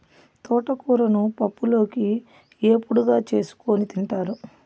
తోటకూరను పప్పులోకి, ఏపుడుగా చేసుకోని తింటారు